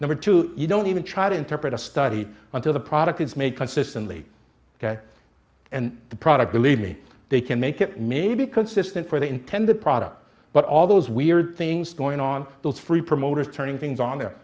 number two you don't even try to interpret a study until the product is made consistently ok and the product believing they can make it may be consistent for the intended product but all those weird things going on those free promoters turning things on